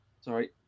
Sorry